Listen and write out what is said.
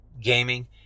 Gaming